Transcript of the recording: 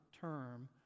term